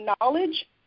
knowledge